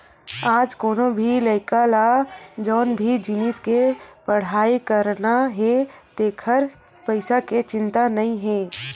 आज कोनो भी लइका ल जउन भी जिनिस के पड़हई करना हे तेखर पइसा के चिंता नइ हे